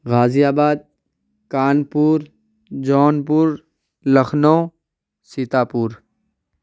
غازی آباد کانپور جونپور لکھنؤ سیتاپور